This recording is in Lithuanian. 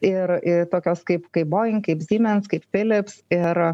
ir tokios kaip kaip boing kaip zymens kaip filips ir